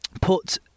put